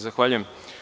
Zahvaljujem.